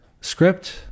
script